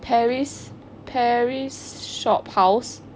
paris paris shophouse